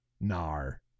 nar